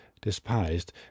despised